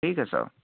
ٹھیک ہے سر